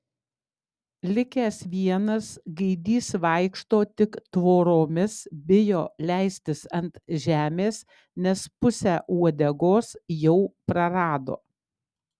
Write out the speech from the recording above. likęs vienas gaidys vaikšto tik tvoromis bijo leistis ant žemės nes pusę uodegos jau prarado